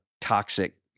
toxic